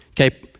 Okay